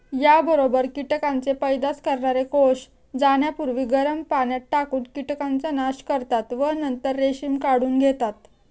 याबरोबर कीटकांचे पैदास करणारे कोष जाण्यापूर्वी गरम पाण्यात टाकून कीटकांचा नाश करतात व नंतर रेशीम काढून घेतात